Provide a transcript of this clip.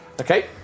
Okay